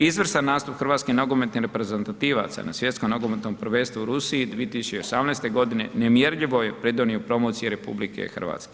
Izvrstan nastup Hrvatske nogometnih reprezentativaca na Svjetskom nogometnom prvenstvu u Rusiji 2018. godine nemjerljivo je pridonio promociji RH.